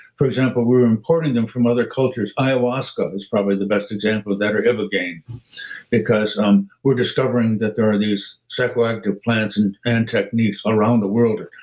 for example, we're importing them for other cultures. ayahuasca is probably the best example of that or ibogaine because um we're discovering that there are these psychoactive plants and and techniques around the world.